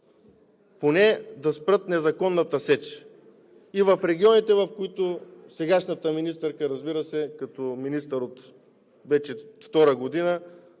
поне да спрат незаконната сеч в регионите, в които сегашната министърка, разбира се, като министър вече втора година,